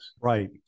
Right